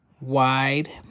Wide